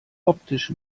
optisch